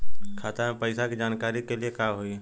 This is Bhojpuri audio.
खाता मे पैसा के जानकारी के लिए का होई?